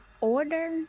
order